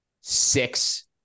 six